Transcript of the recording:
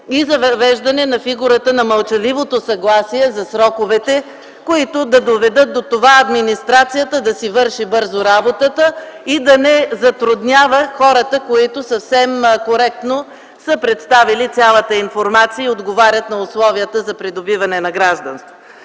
и за въвеждане на фигурата на мълчаливото съгласие за сроковете, които да доведат до това администрацията да си върши бързо работата и да не затруднява хората, които съвсем коректно са представили цялата информация и отговарят на условията за придобиване на гражданство.